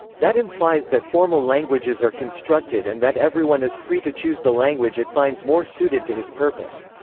that implies that formal languages are constructed and that everyone is free to choose the language it finds more suited to his purpose.